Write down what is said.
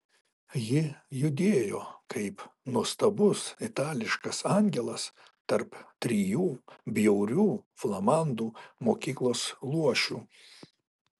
ji judėjo kaip nuostabus itališkas angelas tarp trijų bjaurių flamandų mokyklos luošių